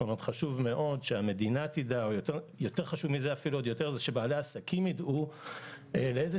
חשוב מאוד שבעלי העסקים ידעו לאיזה